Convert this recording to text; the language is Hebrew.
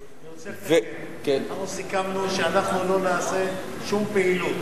אנחנו סיכמנו שאנחנו לא נעשה שום פעילות.